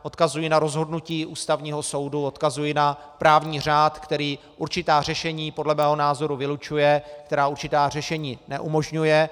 Odkazuji na rozhodnutí Ústavního soudu, odkazuji na právní řád, který určitá řešení podle mého názoru vylučuje, který určitá řešení neumožňuje.